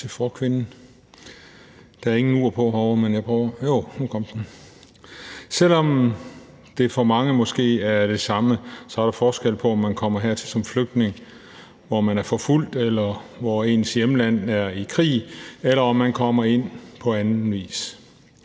Selv om det for mange måske er det samme, er der forskel på, om man kommer hertil som flygtning, hvor man er forfulgt, eller hvor ens hjemland er i krig, eller om man kommer ind på anden vis,